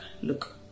look